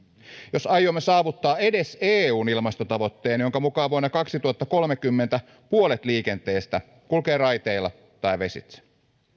jos aiomme saavuttaa edes eun ilmastotavoitteen jonka mukaan vuonna kaksituhattakolmekymmentä puolet liikenteestä kulkee raiteilla tai vesitse